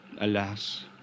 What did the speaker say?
Alas